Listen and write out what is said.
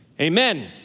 amen